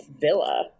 villa